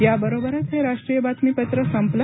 याबरोबरच हे राष्ट्रीय बातमीपत्र संपलं